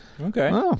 Okay